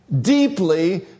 deeply